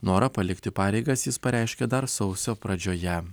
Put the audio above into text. norą palikti pareigas jis pareiškė dar sausio pradžioje